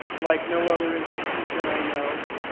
like no other institution i know.